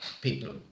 people